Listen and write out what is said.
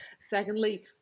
Secondly